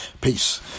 Peace